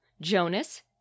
Jonas